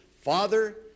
Father